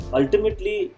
ultimately